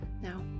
Now